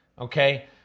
Okay